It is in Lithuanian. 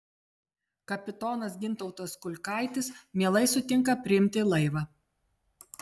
kapitonas gintautas kiulkaitis mielai sutinka priimti į laivą